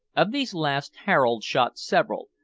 of these last harold shot several,